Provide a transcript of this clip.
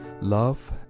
Love